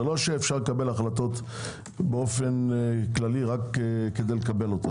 לא שאפשר לקבל החלטות רק באופן כללי רק כדי לקבלן.